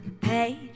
paid